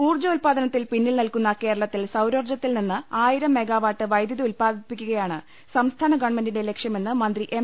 ഊർജ്ജോൽപ്പാദനത്തിൽ പിന്നിൽനിൽക്കുന്ന കേരളത്തിൽ സൌരോർജ്ജത്തിൽനിന്ന് ആയിരം മെഗാവാട്ട് വൈദ്യുതി ഉൽപ്പാദിപ്പി ക്കുകയാണ് സംസ്ഥാന ഗവൺമെന്റിന്റെ ലക്ഷ്യമെന്ന് മന്ത്രി എം